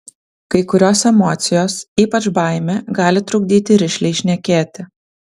kai kurios emocijos ypač baimė gali trukdyti rišliai šnekėti